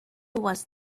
was